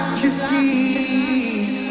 justice